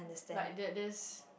like that this